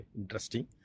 interesting